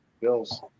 Bills